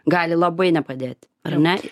gali labai nepadėti ar ne